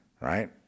Right